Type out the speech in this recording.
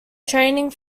training